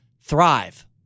thrive